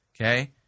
okay